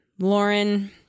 Lauren